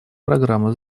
программа